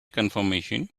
confirmation